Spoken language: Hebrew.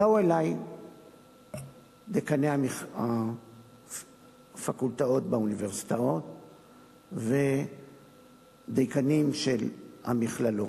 באו אלי דיקני הפקולטות באוניברסיטאות ודיקנים של המכללות.